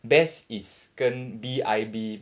best is 跟 B_I_B